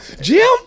Jim